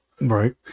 Right